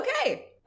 Okay